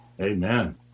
Amen